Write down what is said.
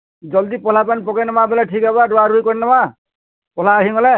ଜଲ୍ଦି ପଲାପାନ୍ ପକେଇନେମା ବୋଲେ ଠିକ୍ ହବା ରୁଆ ରୁଇ କରିନେବା ପଲା ହେଇଗଲେ